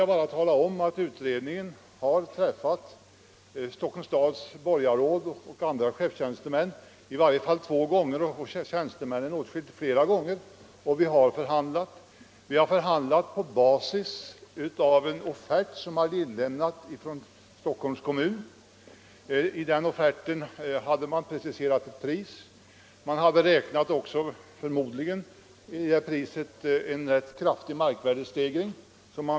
Jag vill till detta bara säga att utredningen har träffat borgarråd och chefstjänstemän i Stockholms kommun. Borgarråden har man träffat i varje fall två gånger och tjänstemännen åtskilligt flera gånger. Vi har förhandlat på basis av en offert som inlämnats av Stockholms kommun. I den offerten hade man preciserat ett pris. I detta pris hade man förmodligen också inräknat förräntningen på en rätt kraftig markvärdestegring.